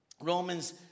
Romans